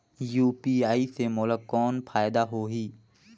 UPI से मोला कौन फायदा होही?